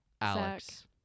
Alex